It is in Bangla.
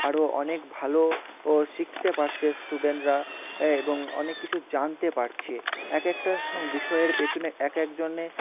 আরও অনেক ভালো ও শিখতে পারছে স্টুডেন্টরা অ্যা এবং অনেক কিছু জানতে পারছে এক একটা স বিষয়ের পেছনে এক এক জনের